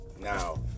Now